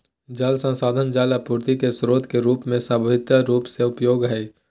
जल संसाधन जल आपूर्ति के स्रोत के रूप में संभावित रूप से उपयोगी हइ